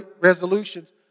resolutions